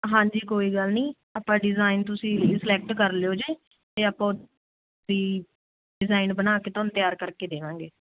ਹਾਂਜੀ ਕੋਈ ਗੱਲ ਨੀ ਆਪਾਂ ਡਿਜ਼ਾਈਨ ਤੁਸੀਂ ਸਿਲੈਕਟ ਕਰ ਲਿਓ ਜੇ ਤੇ ਆਪਾਂ ਵੀ ਡਿਜ਼ਾਈਨ ਬਣਾਕੇ ਥੋਨੂੰ ਤਿਆਰ ਕਰਕੇ ਦੇਵਾਂਗੇ